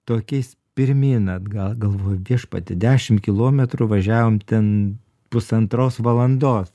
tokiais pirmyn atgal galvoju viešpatie dešim kilometrų važiavom ten pusantros valandos